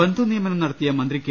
ബന്ധുനിയമനം നടത്തിയ മന്ത്രി കെ